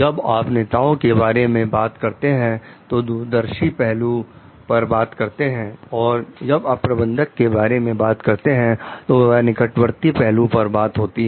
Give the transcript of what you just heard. जब आप नेताओं के बारे में बात करते हैं तो दूरदर्शी पहलू पर बात करते हैं और जब आप प्रबंधक के बारे में बात करते हैं तो वह निकटवर्ती पहलू पर बात होती है